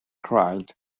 cried